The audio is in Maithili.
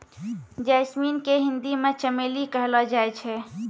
जैस्मिन के हिंदी मे चमेली कहलो जाय छै